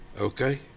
Okay